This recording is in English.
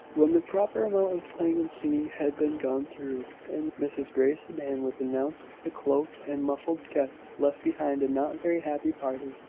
when the proper amount of playing and singing had been gone through, and mrs grey's sedan was announced the cloaked and muffled guest left behind a not very happy party.